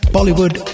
Bollywood